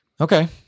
Okay